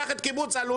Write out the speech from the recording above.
קח את קיבוץ עלומים,